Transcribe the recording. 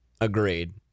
agreed